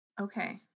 Okay